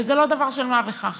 וזה לא דבר של מה בכך